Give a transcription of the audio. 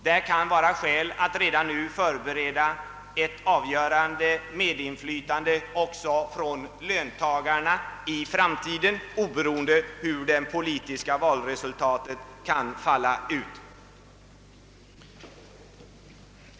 Det kan vara skäl att redan nu förbereda ett avgörande medinfiytande också från löntagarna i framtiden, oberoende av hur de politiska valresultaten kan te sig.